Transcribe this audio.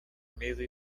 mesa